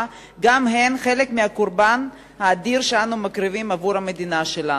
גם הן חלק מהקורבן האדיר שאנו מקריבים עבור המדינה שלנו.